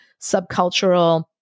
subcultural